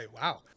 Wow